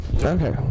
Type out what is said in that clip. okay